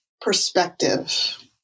perspective